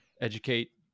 educate